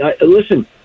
listen